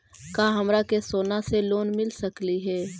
का हमरा के सोना से लोन मिल सकली हे?